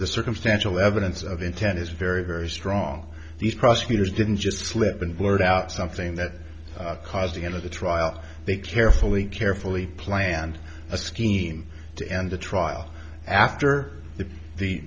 the circumstantial evidence of intent is very very strong these prosecutors didn't just slip and blurt out something that caused the end of the trial they carefully carefully planned a scheme to end the trial after the